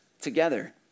together